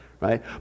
right